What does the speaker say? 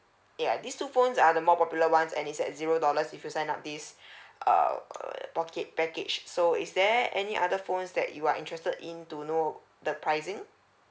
ya these two phones are the more popular one and is at zero dollars if you sign up this err pocke~ package so is there any other phones that you are interested in to know the pricing